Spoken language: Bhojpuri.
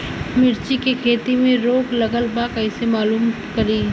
मिर्ची के खेती में रोग लगल बा कईसे मालूम करि?